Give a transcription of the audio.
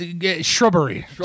shrubbery